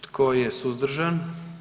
Tko je suzdržan?